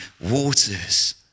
waters